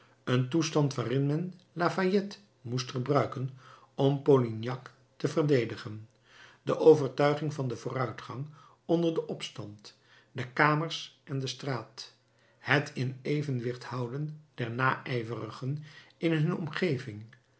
een toestand waarin men lafayette moest gebruiken om polignac te verdedigen de overtuiging van den vooruitgang onder den opstand de kamers en de straat het in evenwicht houden der naijverigen in hun omgeving